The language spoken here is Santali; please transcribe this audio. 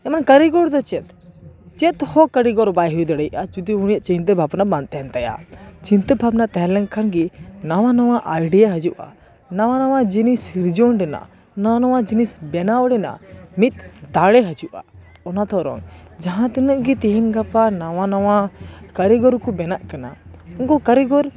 ᱡᱮᱢᱚᱱ ᱠᱟᱹᱨᱤᱜᱚᱨ ᱫᱚ ᱪᱮᱫ ᱪᱮᱫ ᱦᱚᱸ ᱠᱟᱹᱞᱨᱤᱜᱚᱨ ᱵᱟᱭ ᱦᱩᱭ ᱫᱟᱲᱮᱭᱟᱜᱼᱟ ᱡᱩᱫᱤ ᱩᱱᱤᱭᱟᱜ ᱪᱤᱱᱛᱟᱹ ᱵᱷᱟᱵᱱᱟ ᱵᱟᱝ ᱛᱟᱦᱮᱱ ᱛᱟᱭᱟ ᱪᱤᱱᱛᱟᱹ ᱵᱷᱟᱵᱱᱟ ᱛᱟᱦᱮᱸ ᱞᱮᱱᱠᱷᱟᱱ ᱜᱮ ᱱᱟᱣᱟ ᱱᱟᱣᱟ ᱟᱭᱰᱤᱭᱟ ᱦᱤᱡᱩᱜᱼᱟ ᱱᱟᱣᱟ ᱱᱟᱣᱟ ᱡᱤᱱᱤᱥ ᱥᱤᱨᱡᱚᱱ ᱨᱮᱱᱟᱜ ᱱᱟᱣᱟ ᱱᱟᱣᱟ ᱡᱤᱱᱤᱥ ᱵᱮᱱᱟᱣ ᱨᱮᱱᱟᱜ ᱢᱤᱫ ᱫᱟᱲᱮ ᱦᱤᱡᱩᱜᱼᱟ ᱚᱱᱟ ᱫᱷᱚᱨᱚ ᱡᱟᱦᱟᱸ ᱛᱤᱱᱟᱜ ᱜᱮ ᱛᱮᱦᱮᱧ ᱜᱟᱯᱟ ᱱᱟᱣᱟ ᱱᱟᱣᱟ ᱠᱟᱹᱨᱤᱜᱚᱨ ᱠᱚ ᱵᱮᱱᱟᱜ ᱠᱟᱱᱟ ᱩᱱᱠᱩ ᱠᱟᱹᱨᱤᱜᱚᱨ